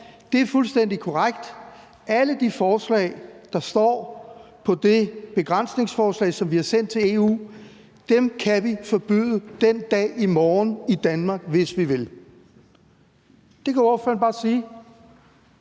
det er fuldstændig korrekt; alle de stoffer, der står på det begrænsningsforslag, som vi har sendt til EU, kan vi forbyde den dag i morgen i Danmark, hvis vi vil. Det kunne ordføreren bare sige,